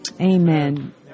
Amen